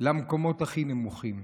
למקומות הכי נמוכים.